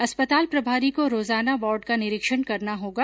अस्पताल प्रभारी को रोजाना वार्ड का निरीक्षण करना होगा